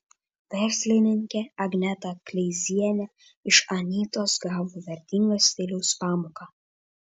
verslininkė agneta kleizienė iš anytos gavo vertingą stiliaus pamoką